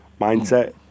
mindset